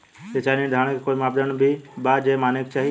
सिचाई निर्धारण के कोई मापदंड भी बा जे माने के चाही?